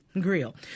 grill